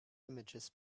images